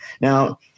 Now